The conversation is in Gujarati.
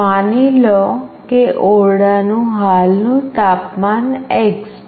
માની લો કે ઓરડા નું હાલનું તાપમાન x છે